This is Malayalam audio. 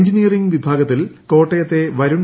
എഞ്ചിനീയറിംഗ് വിഭാഗത്തിൽ കോട്ടയത്തെ പ്രുൺ